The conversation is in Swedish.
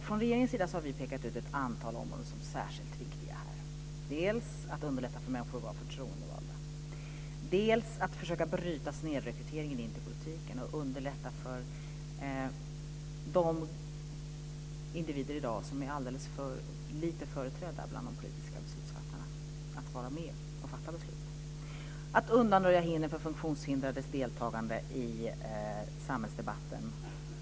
Från regeringens sida har vi pekat ut ett antal områden som särskilt viktiga, dels att underlätta för människor att vara förtroendevalda, dels att försöka bryta snedrekryteringen till politiken och underlätta för de individer som i dag är alldeles för lite företrädda bland de politiska beslutsfattarna att vara med och fatta beslut. Undanröjandet av hinder för att funktionshindrade ska kunna delta i samhällsdebatten är ett annat område.